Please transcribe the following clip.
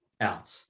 out